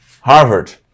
Harvard